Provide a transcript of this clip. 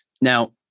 now